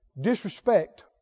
Disrespect